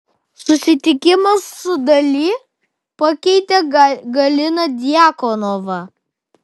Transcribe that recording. susitikimas su dali pakeitė galiną djakonovą